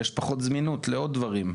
יש פחות זמינות לעוד דברים,